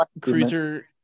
cruiser